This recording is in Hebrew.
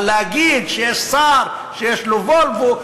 אבל להגיד שיש שר שיש לו "וולבו",